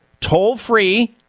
toll-free